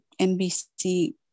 NBC